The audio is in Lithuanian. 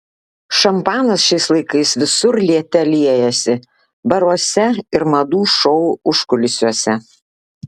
šampanas šiais laikais visur liete liejasi baruose ir madų šou užkulisiuose